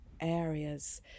areas